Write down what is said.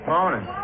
Morning